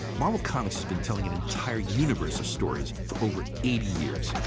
marvel comics has been telling an entire universe of stories for over eighty years.